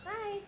Hi